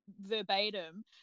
verbatim